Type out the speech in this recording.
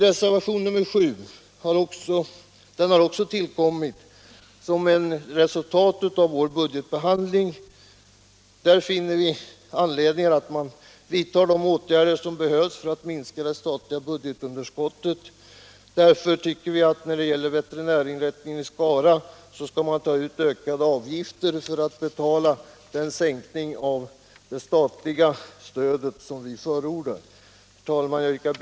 Reservation nr 7 har också tillkommit som ett resultat av vår budgetbehandling. Där finner vi det motiverat att åtgärder vidtas för att minska det statliga budgetunderskottet. Därför tycker vi att när det gäller veterinärinrättningen i Skara skall man ta ut ökade avgifter för att betala den sänkning av det statliga stödet som vi förordar.